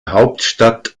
hauptstadt